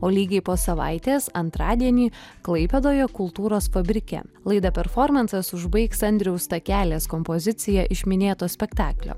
o lygiai po savaitės antradienį klaipėdoje kultūros fabrike laidą performansas užbaigs andriaus stakelės kompozicija iš minėto spektaklio